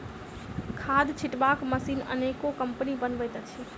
खाद छिटबाक मशीन अनेको कम्पनी बनबैत अछि